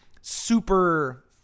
super